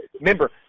Remember